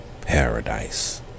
paradise